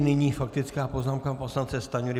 Nyní faktická poznámka poslance Stanjury.